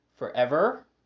Forever